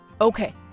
Okay